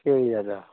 केळीं घेतां